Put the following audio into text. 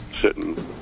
sitting